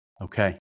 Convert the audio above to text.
Okay